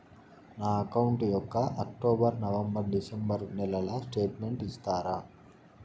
నా అకౌంట్ యొక్క October, November, December నెలల స్టేట్మెంట్ ఇస్తారా?